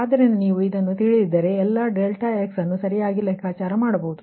ಆದ್ದರಿಂದ ನೀವು ಇದನ್ನು ತಿಳಿದಿದ್ದರೆ ಎಲ್ಲಾ ∆x ಅನ್ನು ಸರಿಯಾಗಿ ಲೆಕ್ಕಾಚಾರ ಮಾಡಬಹುದು